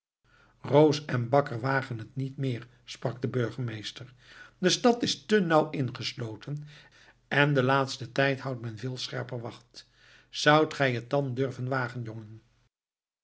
roos en bakker wagen het niet meer sprak de burgemeester de stad is te nauw ingesloten en in den laatsten tijd houdt men veel scherper wacht zoudt gij het dan durven wagen jongen